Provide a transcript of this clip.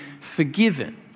forgiven